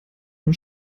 von